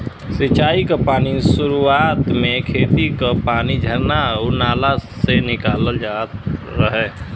सिंचाई क पानी सुरुवात में खेती क पानी झरना आउर नाला से निकालल जात रहे